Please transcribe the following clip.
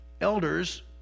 Elders